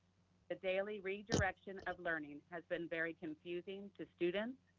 the daily redirection of learning has been very confusing to students,